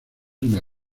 una